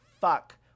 fuck